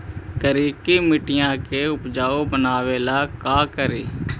करिकी मिट्टियां के उपजाऊ बनावे ला का करी?